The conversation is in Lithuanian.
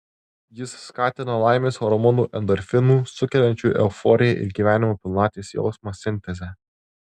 jis skatina laimės hormonų endorfinų sukeliančių euforiją ir gyvenimo pilnatvės jausmą sintezę